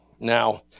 Now